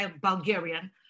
Bulgarian